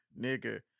nigga